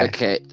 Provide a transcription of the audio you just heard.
Okay